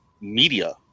media